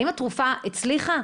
האם התרופה הצליחה?